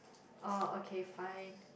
oh okay fine